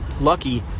lucky